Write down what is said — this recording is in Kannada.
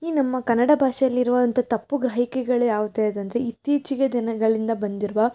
ಈ ನಮ್ಮ ಕನ್ನಡ ಭಾಷೆಯಲ್ಲಿರುವಂಥ ತಪ್ಪು ಗ್ರಹಿಕೆಗಳು ಯಾವ್ದು ಯಾವುದಂದ್ರೆ ಇತ್ತೀಚೆಗೆ ದಿನಗಳಿಂದ ಬಂದಿರುವ